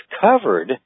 covered